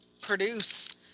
produce